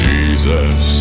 Jesus